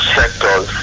sectors